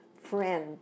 friend